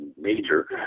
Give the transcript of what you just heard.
major